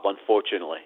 unfortunately